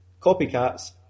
copycats